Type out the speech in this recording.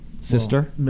sister